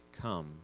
come